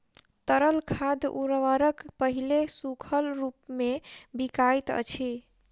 तरल खाद उर्वरक पहिले सूखल रूपमे बिकाइत अछि